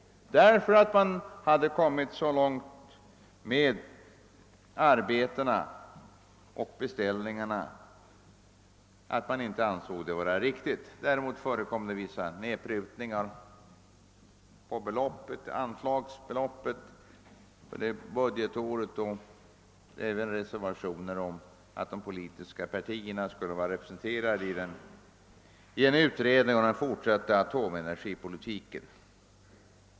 Man hade nämligen då kommit så långt med arbeten och beställningarna att något sådant inte ansågs riktigt. Däremot förekom vissa nedprutningar på anslagsbeloppet för det budgetåret, och det fanns även reservationer som gick ut på att de politiska partierna borde vara representerade i en utredning om den fortsatta atomenergipolitiken.